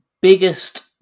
biggest